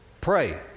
pray